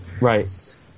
Right